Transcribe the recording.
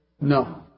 No